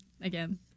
again